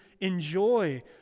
enjoy